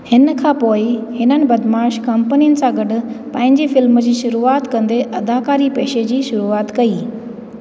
हिन खां पोएं हिननि बदमाश कंपनियुनि सां गॾु पंहिंजी फिल्म जी शुरूआति कंदे अदाकारी पेशे जी शुरूआति कई